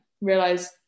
realize